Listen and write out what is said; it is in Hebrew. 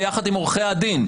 ביחד עם עורכי הדין,